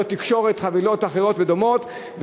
חבילות תקשורת, חבילות אחרות ודומות.